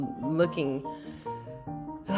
looking